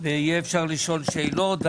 יהיה אפשר לשאול שאלות.